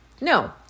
No